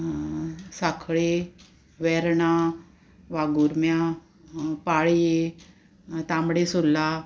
साखळी वेर्णां वागुर्म्या पाळये तांबडी सुर्ला